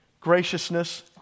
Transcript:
graciousness